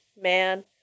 man